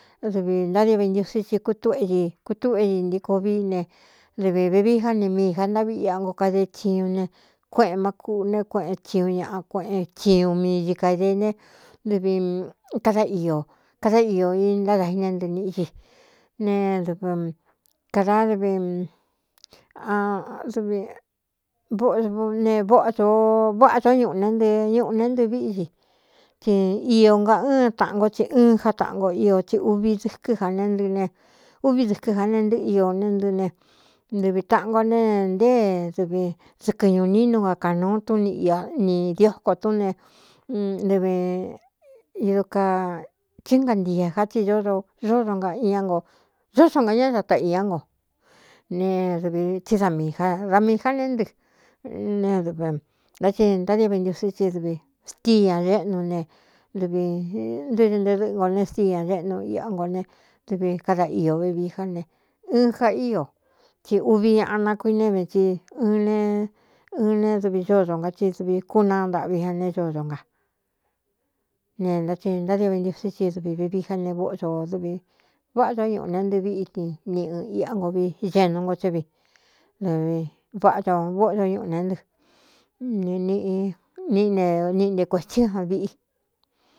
Dɨvi ntádi ventiusí ti kutúꞌe di kutúꞌué di ntiko vií ne dɨvī vivií já ni miī ja ntaꞌviꞌi iꞌa nko kade chiñu ne kueꞌēn má kuꞌu né kueꞌen thiñu ñaꞌa kueꞌen chiñu mii i kaireé ne dɨvi kadakada iō i ntádāginé ntɨ niꞌi xi ne dɨvi kada dviadvv ne vóꞌdōo váꞌa choó ñuꞌū ne ntɨ ñuꞌu ne ntɨ víꞌi di tsi iō nga ɨn taꞌan nkó tsi ɨɨn já taꞌan nko io tsi uvi dɨkɨ́ a n nɨɨ e uvi dɨkɨ́ ja nee ntɨɨ io ne ntɨɨ ne ntɨvi tāꞌan ngo ne ntée dɨvi dɨkɨ ñū nínu nga kāꞌnūu tún ni iꞌa ni dioko tún ne tɨvi idu ka chíngantie ja tsi zódo nga iñá no zóxo nga ñá data iñá ngo ne dɨvi tsí da miī ja da miī já né ntɨ ne dɨvi ntá ti ntádi ventusí ti dɨvi stíi ña géꞌnu ne dɨvi ntɨ́ñɨ nte dɨꞌɨ ngo ne stii ña géꞌnu iꞌa ngo ne dɨvi kada iō vivií já ne ɨɨn ja ío tsi uvi ñaꞌ nakuinéve tsi ɨn ee ɨn ne dɨvi zódo nga ti dɨvi kúna ndaꞌvi a ne códo nga ne ntá ti ntádio vé ntiusí ti dɨvi vivií já ne vóꞌ do ō dɨvi váꞌā tóó ñuꞌu ne ntɨví itni ni ɨn iꞌa ngo vi xenu ngo tsɨ́ vi dɨvi váꞌa to vóꞌo do ñuꞌu né ntɨ ne nī niꞌi ne niꞌi nte kuēthsí́ a viꞌi.